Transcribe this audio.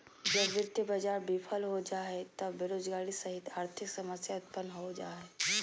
जब वित्तीय बाज़ार बिफल हो जा हइ त बेरोजगारी सहित आर्थिक समस्या उतपन्न हो जा हइ